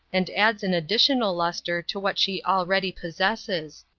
and adds an additional luster to what she already possesses.